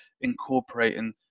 incorporating